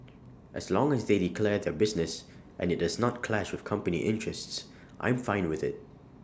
as long as they declare their business and IT does not clash with company interests I'm fine with IT